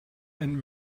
and